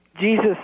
Jesus